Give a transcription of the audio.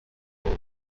t’en